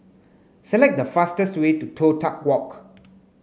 select the fastest way to Toh Tuck Walk